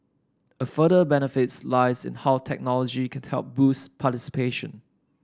a further benefits lies in how technology can help boost participation